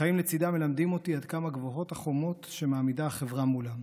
החיים לצידה מלמדים אותי עד כמה גבוהות החומות שמעמידה החברה מולם.